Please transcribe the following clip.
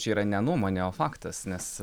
čia yra ne nuomonė o faktas nes